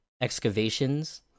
excavations